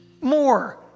more